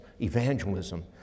evangelism